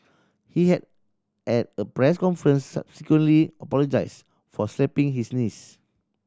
he had at a press conference subsequently apologised for slapping his niece